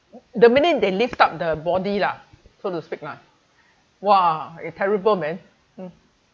the minute they lift up the body lah so to speak lah !wah! it terrible man